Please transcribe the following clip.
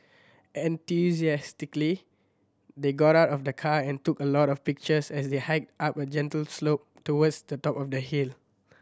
enthusiastically they got out of the car and took a lot of pictures as they hiked up a gentle slope towards the top of the hill